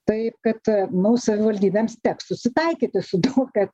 tai kad nu savivaldybėms teks susitaikyti su tuo kad